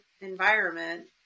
environment